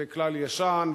זה כלל ישן,